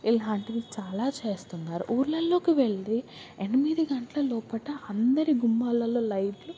ఇలాంటివి చాలా చేస్తున్నారు ఊర్లలోకి వెళ్ళి ఎనిమిది గంటల లోపలో అందరి గుమ్మాల్లో లైట్లు